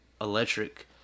electric-